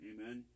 Amen